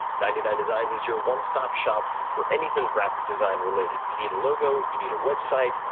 ninety nine designs is your one stop shop for anything graphic design related. you need a logo, you need a website,